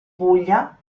puglia